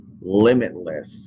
limitless